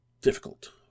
difficult